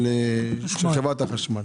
לפני חצי שנה.